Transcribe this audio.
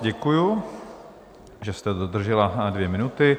Děkuju, že jste dodržela dvě minuty.